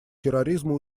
терроризму